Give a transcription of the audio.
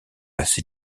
assez